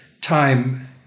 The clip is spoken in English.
time